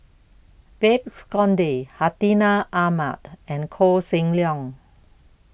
Babes Conde Hartinah Ahmad and Koh Seng Leong